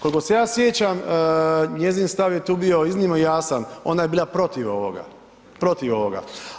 Koliko se ja sjećam, njezin stav je tu bio iznimno jasan, ona je bila protiv ovoga, protiv ovoga.